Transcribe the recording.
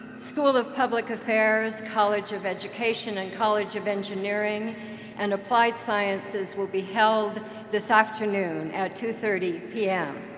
school of public affairs, college of education, and college of engineering and applied sciences will be held this afternoon at two thirty p m.